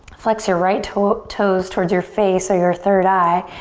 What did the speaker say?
flex your right toes toes towards your face or your third eye,